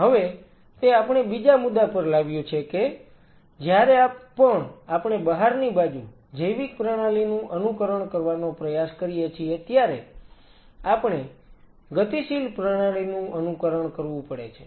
હવે તે આપણે બીજા મુદ્દા પર લાવ્યું છે કે જ્યારે પણ આપણે બહારની બાજુ જૈવિક પ્રણાલીનું અનુકરણ કરવાનો પ્રયાસ કરીએ છીએ ત્યારે આપણે ગતિશીલ પ્રણાલીનું અનુકરણ કરવું પડે છે